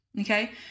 Okay